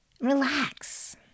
Relax